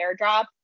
airdrop